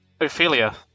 Ophelia